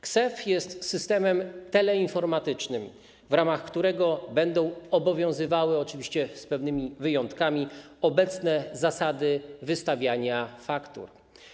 KSeF jest systemem teleinformatycznym, w ramach którego będą obowiązywały - oczywiście z pewnymi wyjątkami - obecne zasady wystawiania faktur.